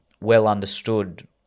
well-understood